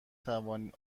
توانید